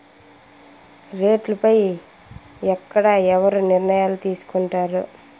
రేట్లు పై ఎక్కడ ఎవరు నిర్ణయాలు తీసుకొంటారు?